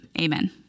amen